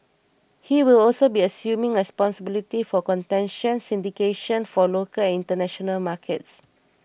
he will also be assuming responsibility for contention Syndication for local international markets